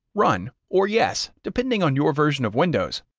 run, or yes, depending on your version of windows.